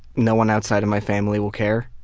no one outside of my family will care.